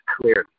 clearly